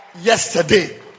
yesterday